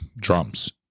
drums